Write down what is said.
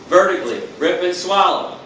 vertically, rip and swallow,